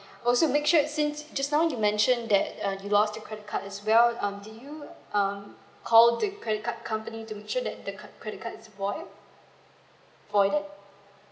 also make sure since just now you mention that uh you lost credit card as well um did you um call the credit card company to make sure that the credit card is void voided